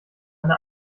eine